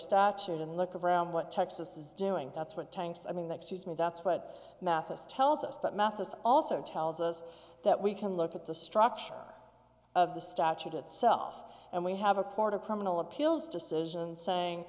statute and look around what texas is doing that's what tanks i mean that she's made that's what mathis tells us but mathis also tells us that we can look at the structure of the statute itself and we have a court of criminal appeals decision saying